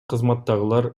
кызматтагылар